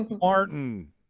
Martin